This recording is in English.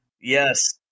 Yes